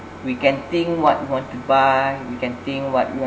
we can think what we want to buy we can think what we want